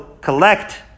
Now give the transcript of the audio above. collect